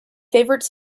favorite